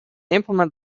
implement